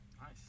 Nice